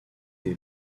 des